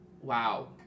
wow